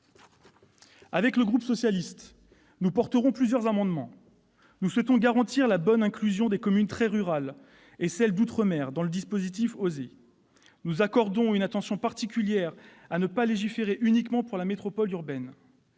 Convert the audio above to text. nom du groupe socialiste, nous défendrons plusieurs amendements. Nous souhaitons garantir la bonne inclusion des communes très rurales et des communes d'outre-mer dans le dispositif « OSER ». Nous accordons une attention particulière à ne pas légiférer uniquement pour la métropole urbaine.